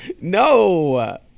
no